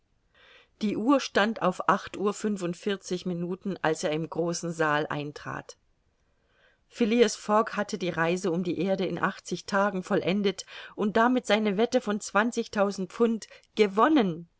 die uhr stand auf acht uhr fünfundvierzig minuten als er im großen saal eintrat phileas fogg hatte die reise um die erde in achtzig tagen vollendet und damit seine wette von zwanzigtausend pfund gewonnen